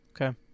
okay